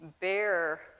bear